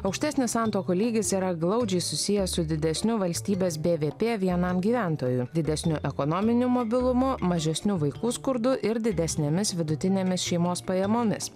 aukštesnis santuokų lygis yra glaudžiai susijęs su didesniu valstybės bvp vienam gyventojui didesniu ekonominiu mobilumu mažesniu vaikų skurdu ir didesnėmis vidutinėmis šeimos pajamomis